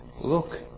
look